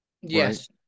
Yes